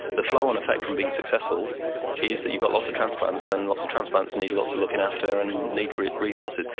the flow-on effect from being successful is that you've got lots of transplants, and lots of transplants need lots of looking after and need resources.